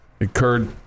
occurred